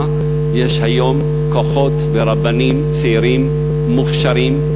יש היום כוחות ורבנים צעירים מוכשרים,